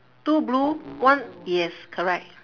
two blue one yes correct